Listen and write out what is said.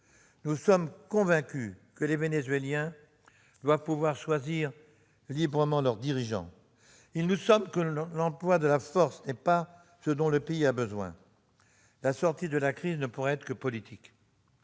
Nous sommes convaincus que les Vénézuéliens doivent pouvoir choisir librement leurs dirigeants. Il nous semble que l'emploi de la force n'est pas ce dont le pays a besoin. La sortie de la crise ne pourra être que politique